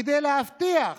כדי להבטיח